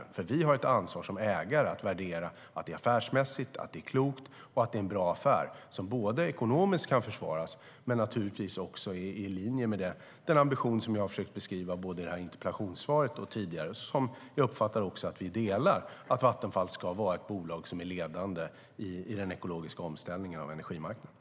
Vi har nämligen ett ansvar som ägare att värdera att det är affärsmässigt, att det är klokt och att det är en bra affär som kan försvaras ekonomiskt och som naturligtvis också är i linje med den ambition som jag har försökt beskriva både i detta interpellationssvar och tidigare och som jag uppfattar att vi delar, nämligen att Vattenfall ska vara ett bolag som är ledande i den ekologiska omställningen av energimarknaden.